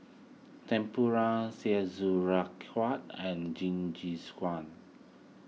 Tempura and Jingisukan